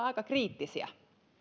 aika kriittisiä